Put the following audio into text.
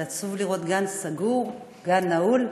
זה עצוב לראות גן סגור, גן נעול,